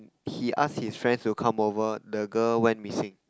he asked his friend to come over the girl went missing